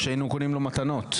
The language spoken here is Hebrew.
היינו קונים לו מתנות.